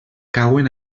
cauen